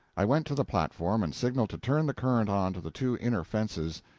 i went to the platform and signaled to turn the current on to the two inner fences.